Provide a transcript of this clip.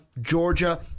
Georgia